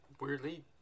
weirdly